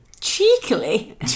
Cheekily